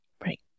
Right